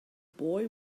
boy